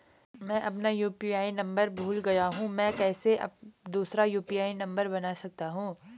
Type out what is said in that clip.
मैं अपना UPI number भूल गया हूँ मैं कैसे दूसरा यु.पी.आई नम्बर बना सकता हूँ?